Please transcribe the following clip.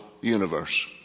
universe